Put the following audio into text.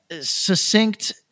succinct